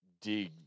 dig